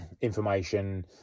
information